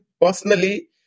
personally